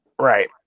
Right